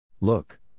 Look